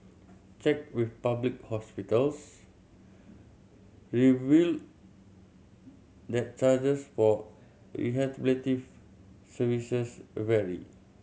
check with public hospitals revealed that charges for rehabilitative services vary